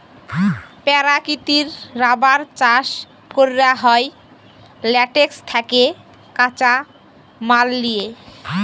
পেরাকিতিক রাবার চাষ ক্যরা হ্যয় ল্যাটেক্স থ্যাকে কাঁচা মাল লিয়ে